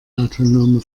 autonome